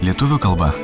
lietuvių kalba